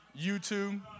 YouTube